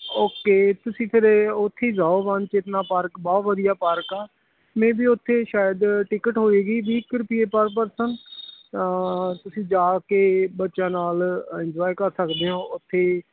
okay ਤੁਸੀਂ ਫਿਰ ਉੱਥੇ ਹੀ ਜਾਓ ਵਣ ਚੇਤਨਾ ਪਾਰਕ ਬਹੁਤ ਵਧੀਆ ਪਾਰਕ ਆ ਮੈਂ ਵੀ ਉੱਥੇ ਸ਼ਾਇਦ ਟਿਕਟ ਹੋਏਗੀ ਵੀਹ ਕੁ ਰੁਪਏ ਪਰ ਪਰਸਨ ਤੁਸੀਂ ਜਾ ਕੇ ਬੱਚਿਆਂ ਨਾਲ ਇੰਜੋਏ ਕਰ ਸਕਦੇ ਹੋ ਉੱਥੇ